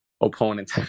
opponent